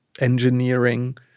engineering